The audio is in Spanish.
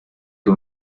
que